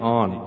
on